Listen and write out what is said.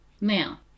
now